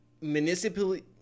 municipally –